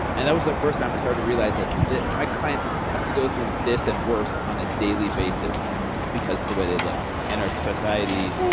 and that was the first time i started realize that that my clients have to go through this and worse on a daily basis because of the way they look. and our society,